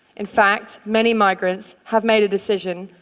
in fact, many migrants have made a decision,